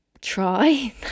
try